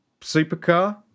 supercar